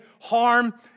harm